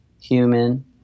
human